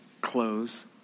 clothes